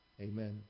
Amen